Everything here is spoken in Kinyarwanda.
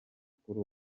kuri